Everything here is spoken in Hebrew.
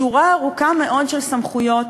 שורה ארוכה מאוד של סמכויות,